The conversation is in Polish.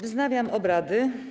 Wznawiam obrady.